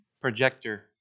projector